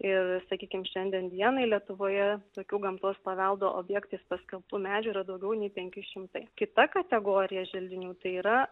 ir sakykim šiandien dienai lietuvoje tokių gamtos paveldo objektais paskelbtų medžių yra daugiau nei penki šimtai kita kategorija želdinių tai yra